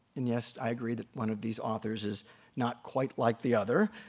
and, yes, i agree that one of these authors is not quite like the other,